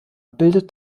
bildete